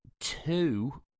two